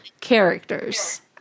characters